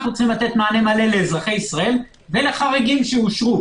אנחנו צריכים לתת מענה מלא לאזרחי ישראל ולחריגים שאושרו.